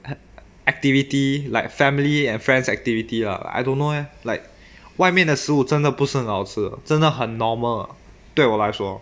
a~ activity like family and friends activity lah I don't know leh like 外面的食物真的不是很好吃真的很 normal 对我来说